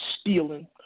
stealing